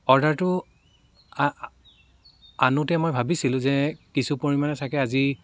অৰ্ডাৰটো আনোতে মই ভাবিছিলোঁ যে কিছু পৰিমাণে চাগৈ আজি